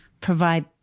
provide